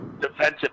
defensive